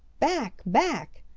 back! back!